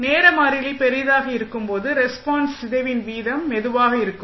நேர மாறிலி பெரியதாக இருக்கும் போது ரெஸ்பான்ஸ் சிதைவின் வீதம் மெதுவாக இருக்கும்